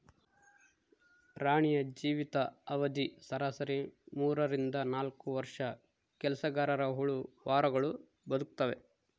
ರಾಣಿಯ ಜೀವಿತ ಅವಧಿ ಸರಾಸರಿ ಮೂರರಿಂದ ನಾಲ್ಕು ವರ್ಷ ಕೆಲಸಗರಹುಳು ವಾರಗಳು ಬದುಕ್ತಾವೆ